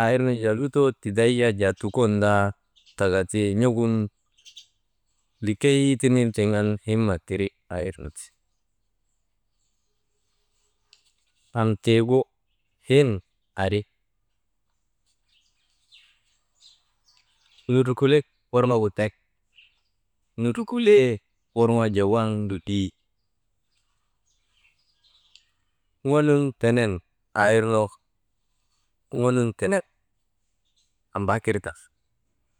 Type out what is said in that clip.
aa irnu jaa lutoo tiday yak tukonandaa taka ti n̰ogun likey tinil tiŋ an hima tiri aa irnu ti, am tiigu him ari, nundrukulek worŋogu tek, nundrukulee worŋon jaa waŋ lolii, ŋonun tenen aa irnu ŋonun tenen ambaakirta.